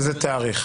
באיזה תאריך.